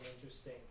interesting